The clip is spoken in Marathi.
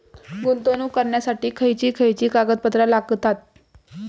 गुंतवणूक करण्यासाठी खयची खयची कागदपत्रा लागतात?